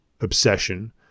obsession